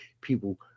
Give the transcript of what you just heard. people